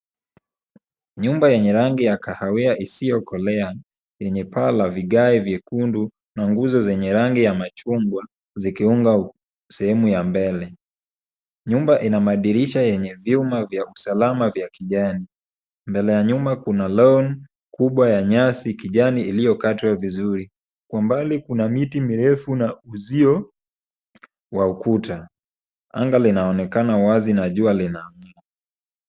Nyumba yenye rangi ya kahawia isiyokolea, yenye paa la vigae vyekundu na nguzo zenye rangi ya machungwa zikiunga sehemu ya mbele. Nyumba ina madirisha yenye vyuma vya usalama vya kijani . Mbele ya nyumba kuna lawn kubwa ya nyasi kijani iliyokatwa vizuri. Kwa umbali kuna miti mirefu na uzio wa ukuta. Anga linaonekana wazi na jua linawaka.